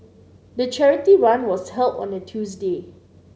the charity run was held on a Tuesday